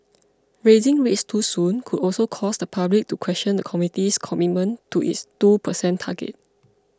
raising rates too soon could also cause the public to question the committee's commitment to its two percent target